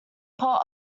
pot